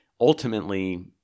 ultimately